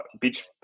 beach